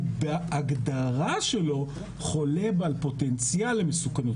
הוא בהגדרה שלו חולה בעל פוטנציאל למסוכנות.